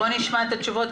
בואו נשמע את התשובות.